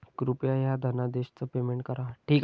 कृपया ह्या धनादेशच पेमेंट करा